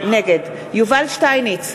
נגד יובל שטייניץ,